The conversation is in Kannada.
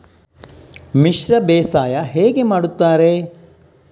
ಮಿಶ್ರ ಬೇಸಾಯ ಹೇಗೆ ಮಾಡುತ್ತಾರೆ?